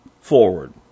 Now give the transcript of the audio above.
forward